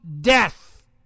death